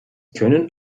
können